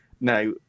Now